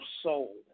soul